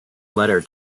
letter